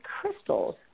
crystals